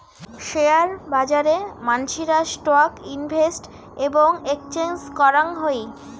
share বাজারে মানসিরা stock invest এবং এক্সচেঞ্জ করাং হই